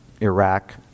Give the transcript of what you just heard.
Iraq